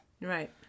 Right